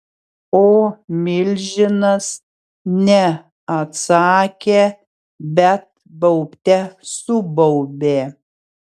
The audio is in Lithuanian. o milžinas ne atsakė bet baubte subaubė